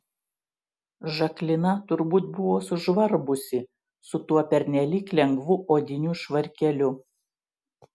žaklina turbūt buvo sužvarbusi su tuo pernelyg lengvu odiniu švarkeliu